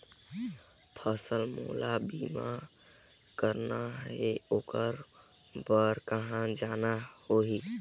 फसल बीमा मोला करना हे ओकर बार कहा जाना होही?